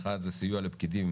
אחד זה סיוע לפקידים